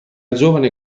giovane